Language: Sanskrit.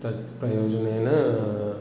तत् प्रयोजनेन